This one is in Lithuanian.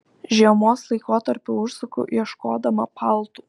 žiemos laikotarpiu užsuku ieškodama paltų